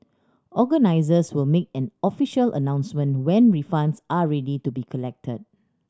organisers will make an official announcement when refunds are ready to be collected